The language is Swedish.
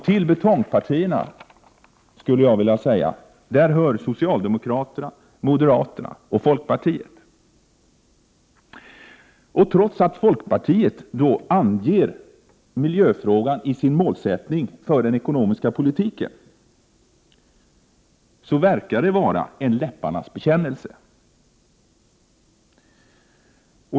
Till betongpartierna skulle jag vilja säga att socialdemokraterna, moderaterna och folkpartiet hör. Trots att folkpartiet anger miljöfrågan i sin målsättning för den ekonomiska politiken verkar det vara en läpparnas bekännelse.